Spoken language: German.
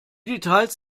details